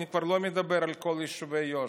אני כבר לא מדבר על כל יישובי יו"ש,